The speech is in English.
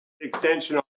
extension